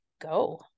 go